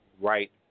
right